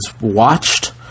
watched